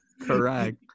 Correct